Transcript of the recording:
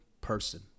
person